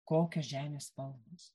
kokios žemės spalvos